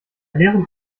leerem